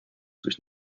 durch